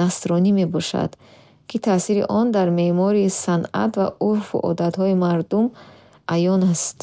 насронӣ мебошад, ки таъсири он дар меъмори санъат ва урфу одатҳои мардум аён аст.